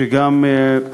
שגם,